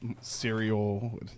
cereal